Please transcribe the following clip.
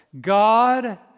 God